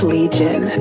Legion